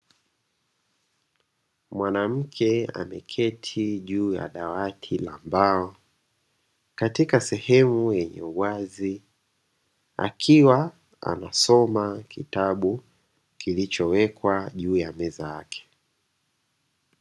Mwanamke ameketi juu ya dawati la mbao katika sehemu yenye uwazi akiwa anasoma kitabu kilichowekwa juu ya meza yake.